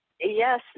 Yes